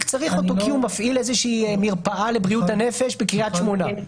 צריך אותו כי הוא מפעיל איזושהי מרפאה לבריאות הנפש בקריית שמונה.